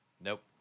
Nope